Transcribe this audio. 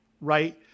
right